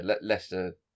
Leicester